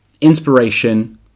inspiration